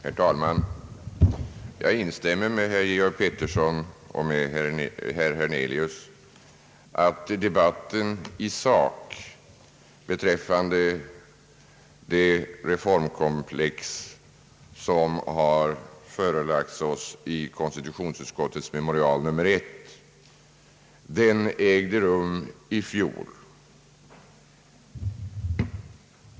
Herr talman! Jag instämmer med herr Georg Pettersson och med herr Hernelius att debatten i sak beträffande det reformkomplex, som har förelagts oss i konstitutionsutskottets memorial nr 1, ägde rum i fjol.